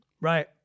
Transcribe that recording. right